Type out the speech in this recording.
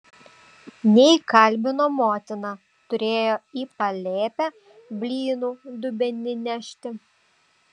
neįkalbino motina turėjo į palėpę blynų dubenį nešti